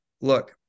look